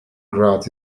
grout